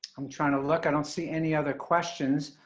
i'm trying to look. i don't see any other questions.